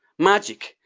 magic.